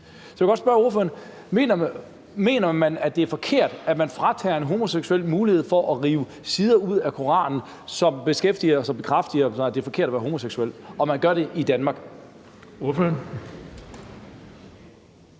Så jeg vil godt spørge ordføreren: Mener han, at det er forkert, at man fratager en homoseksuel i Danmark mulighed for at rive sider ud af Koranen, som beskæftiger sig med og bekræfter, at det er forkert at være homoseksuel? Kl. 13:40 Den